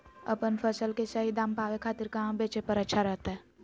अपन फसल के सही दाम पावे खातिर कहां बेचे पर अच्छा रहतय?